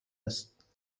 است